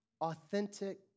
authentic